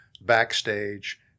backstage